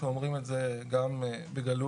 שאומרים את זה גם בגלוי.